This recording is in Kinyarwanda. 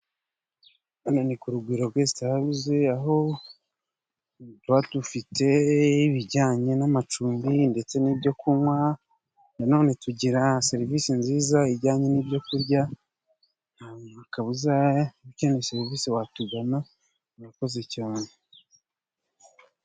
Hano ni ku Rugwiro Geste Hawuze, aho tuba dufite ibijyanye n'amacumbi ndetse n'ibyo kunywa, nanone tugira serivisi nziza ijyanye n'ibyo kurya, nta kabuza ukeneye serivisi watugana, murakoze cyane.